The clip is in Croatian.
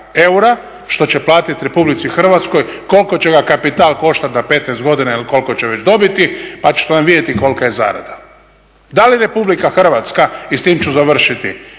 eura što će platiti RH koliko će ga kapital koštati na 15 godina ili koliko će već dobiti pa ćete onda vidjeti kolika je zarada. Da li RH, i s tim ću završiti,